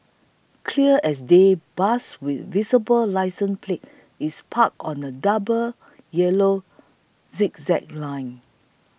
clear as day bus with visible licence plate is parked on a double yellow zigzag line